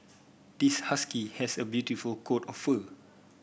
this husky has a beautiful coat of fur